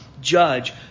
judge